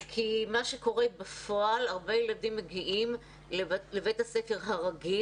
כי מה שקורה בפועל הרבה ילדים מגיעים לבית הספר הרגיל